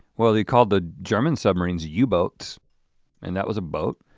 well they called the german submarines yeah u-boats and that was a boat.